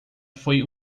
foi